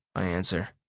i answer.